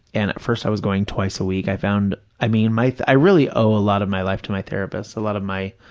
and at first i was going twice a week. i found, i mean, i really owe a lot of my life to my therapist, a lot of my